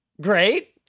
great